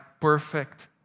perfect